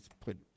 put